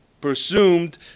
presumed